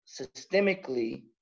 systemically